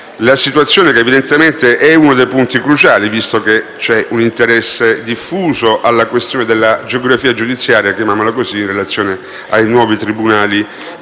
la situazione, che evidentemente è uno dei punti cruciali visto che c'è un interesse diffuso alla questione della geografia giudiziaria dei nuovi tribunali